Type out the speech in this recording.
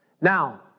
Now